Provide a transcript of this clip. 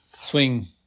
swing